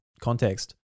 context